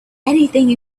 anything